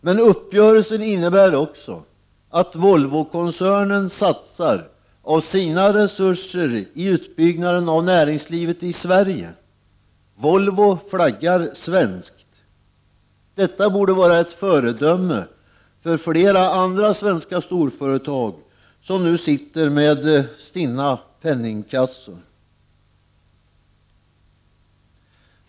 Men uppgörelsen innebär också att Volvokoncernen satsar en del av sina resurser på utbyggnaden av näringslivet i Sverige. Volvo flaggar svenskt. Detta borde vara ett föredöme för flera andra svenska storföretag som nu sitter med stinna penningkassor.